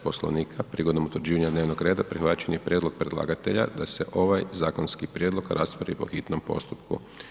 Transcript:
Poslovnika prigodom utvrđivanja dnevnog reda prihvaćen je prijedlog predlagatelja da se ovaj zakonski prijedlog raspravi po hitnom postupku.